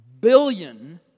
billion